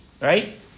Right